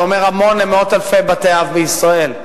זה אומר המון למאות אלפי בתי-אב בישראל.